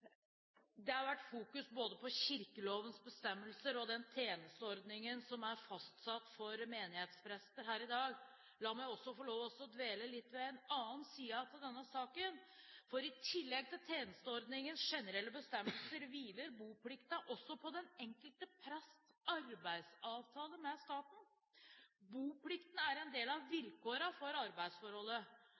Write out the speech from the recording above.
Det har vært fokus på både kirkelovens bestemmelser og den tjenesteordningen som er fastsatt for menighetsprester i dag. La meg få lov til å dvele litt ved en annen side av denne saken, for i tillegg til tjenesteordningens generelle bestemmer hviler boplikten også på den enkelte prests arbeidsavtale med staten. Boplikten er en del av vilkårene for arbeidsforholdet.